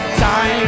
time